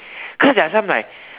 cause they're some like